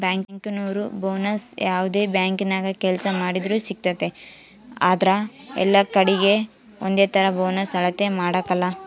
ಬ್ಯಾಂಕಿನೋರು ಬೋನಸ್ನ ಯಾವ್ದೇ ಬ್ಯಾಂಕಿನಾಗ ಕೆಲ್ಸ ಮಾಡ್ತಿದ್ರೂ ಸಿಗ್ತತೆ ಆದ್ರ ಎಲ್ಲಕಡೀಗೆ ಒಂದೇತರ ಬೋನಸ್ ಅಳತೆ ಮಾಡಕಲ